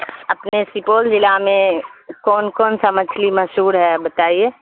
اپنے سپول ضلع میں کون کون سا مچھلی مشہور ہے بتائیے